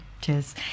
Cheers